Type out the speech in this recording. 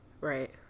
Right